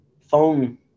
phone